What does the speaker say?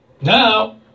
Now